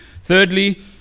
Thirdly